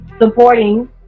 Supporting